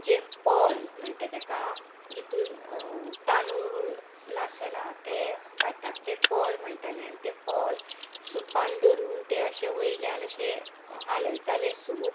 जे पॉल म्हणटा ताका जातून तांदूळ नासना ते भाताक ते पॉल म्हणटाले आनी ते पॉल सुपान धरून तें अशें वयल्यान अशें हालयतालें सूप